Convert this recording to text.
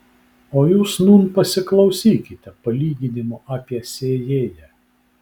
o jūs nūn pasiklausykite palyginimo apie sėjėją